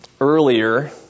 earlier